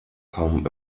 kommen